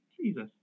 Jesus